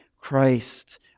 Christ